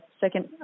second